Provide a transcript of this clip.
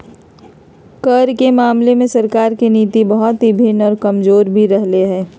कर के मामले में सरकार के नीति बहुत ही भिन्न और कमजोर भी रहले है